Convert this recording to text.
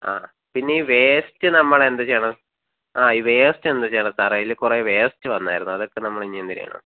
ആ പിന്നെ ഈ വേസ്റ്റ് നമ്മൾ എന്ത് ചെയ്യണം ആ ഈ വേസ്റ്റ് എന്ത് ചെയ്യണം സാറേ ഇതിൽ കുറേ ഈ വേസ്റ്റ് വന്നിരുന്നു അതൊക്കെ നമ്മൾ ഇനി എന്ത് ചെയ്യണം